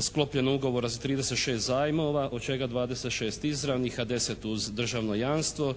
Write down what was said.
sklopljeno ugovora za 36 zajmova od čega 26 izravnih a 10 uz državno jamstvo